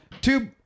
Two